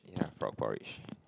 yeah frog porridge